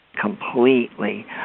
completely